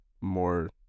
more